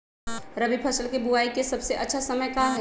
रबी फसल के बुआई के सबसे अच्छा समय का हई?